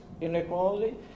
inequality